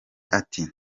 ati